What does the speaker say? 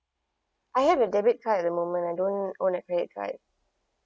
I have a debit card at the moment I don't own a credit card